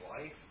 life